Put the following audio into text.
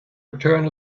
return